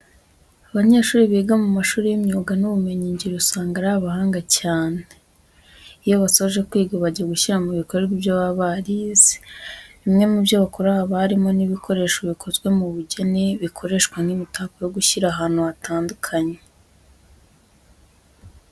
Abanyeshuri biga mu mashuri y'imyuga n'ubumenyingiro usanga ari abahanga cyane. Iyo basoje kwiga bajya gushyira mu bikorwa ibyo baba barize. Bimwe mu byo bakora haba harimo n'ibikoresho bikozwe mu bugeni bikoreshwa nk'imitako yo gushyira ahantu hatandukanye.